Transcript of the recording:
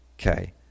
Okay